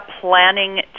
planning